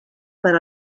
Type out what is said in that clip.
per